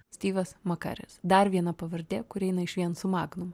stivas makaris dar viena pavardė kuri eina išvien su magnum